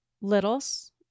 littles